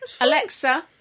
Alexa